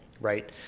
right